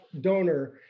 donor